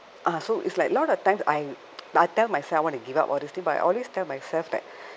uh so it's like lot of times I I tell myself I want to give up all these things but I always tell myself that